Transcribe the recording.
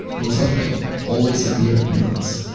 rusalke ah always appear in groups.